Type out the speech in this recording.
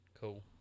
Cool